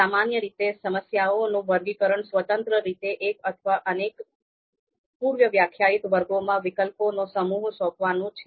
સામાન્ય રીતે સમસ્યાઓનું વર્ગીકરણ સ્વતંત્ર રીતે એક અથવા અનેક પૂર્વવ્યાખ્યાયિત વર્ગોમાં વિકલ્પોનો સમૂહ સોંપવાનું છે